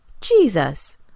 Jesus